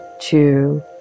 two